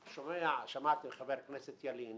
שמעתי את חבר הכנסת ילין